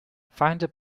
founded